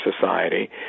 society